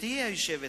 גברתי היושבת-ראש,